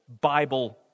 Bible